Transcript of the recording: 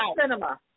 cinema